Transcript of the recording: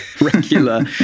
regular